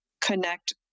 connect